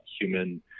human